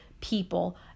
people